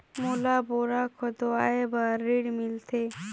मोला बोरा खोदवाय बार ऋण मिलथे?